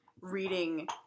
reading